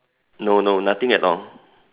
no no nothing at all